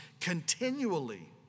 continually